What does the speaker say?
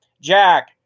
Jack